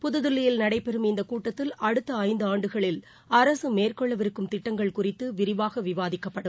புதுதில்லியில் நடைபெறும் இந்தகூட்டத்தில் அடுத்தஐந்துஆண்டுகளில் அரசுமேற்கொள்ளவிருக்கும் திட்டங்கள் குறித்துவிரிவாகவிவாதிக்கப்படும்